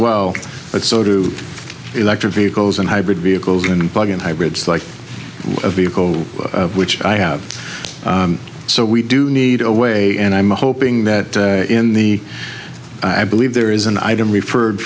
well but so do electric vehicles and hybrid vehicles and plug in hybrids like a vehicle which i have so we do need a way and i'm hoping that in the i believe there is an item referred